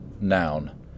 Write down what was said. Noun